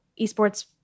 esports